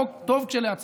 חוק טוב כשלעצמו,